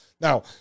Now